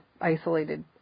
isolated